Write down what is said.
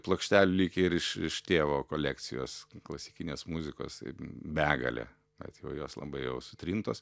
plokštelių likę ir iš iš tėvo kolekcijos klasikinės muzikos tai begalė bet jau jos labai jau sutrintos